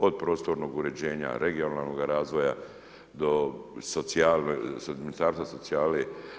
Od prostornog uređenja, regionalnoga razvoja, do ministarstva socijale.